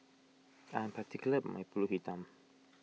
I am particular about my Pulut Hitam